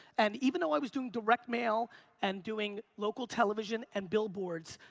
and even though i was doing direct mail and doing local television and billboards,